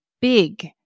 big